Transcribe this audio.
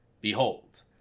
Behold